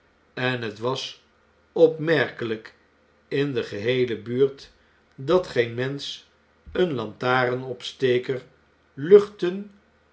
en het was opmerkelijk in de geheele buurt dat geen mensch een lantarenopsteker luchten